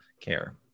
care